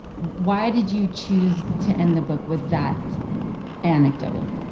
why did you choose to end the book with that anecdote?